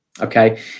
Okay